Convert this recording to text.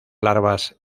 larvas